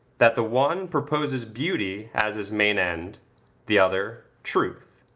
that the one proposes beauty as his main end the other truth.